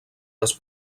les